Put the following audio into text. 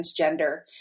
transgender